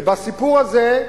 ובסיפור הזה,